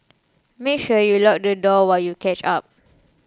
make sure you lock the door while you catch up